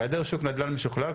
העדר שוק נדל"ן משוכלל,